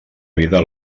vida